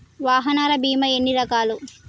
వాహనాల బీమా ఎన్ని రకాలు?